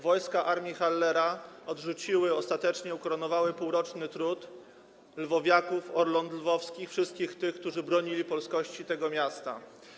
Wojska Armii Hallera odrzuciły ostatecznie, ukoronowały półroczny trud lwowiaków, orląt lwowskich, wszystkich tych, którzy bronili polskości tego miasta.